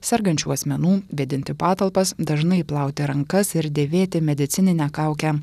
sergančių asmenų vėdinti patalpas dažnai plauti rankas ir dėvėti medicininę kaukę